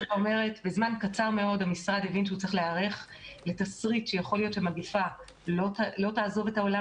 בזמן קצר מאוד המשרד נערך לתסריט שהמגיפה לא תעזוב את העולם